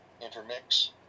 intermix